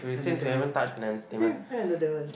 entertainment